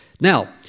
Now